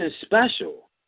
special